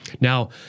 Now